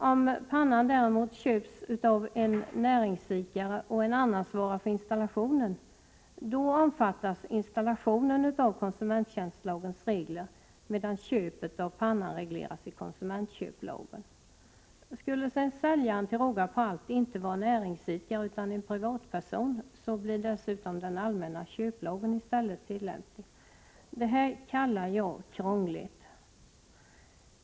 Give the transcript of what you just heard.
Om pannan däremot köps av en näringsidkare och en annan svarar för installationen, då omfattas installationen av konsumenttjänstlagens regler medan köpet av pannan regleras i konsumentköplagen. Skulle säljaren sedan till råga på allt inte vara näringsidkare utan privatperson blir dessutom den allmänna köplagen i stället tillämplig. Det här kallar jag krångligt.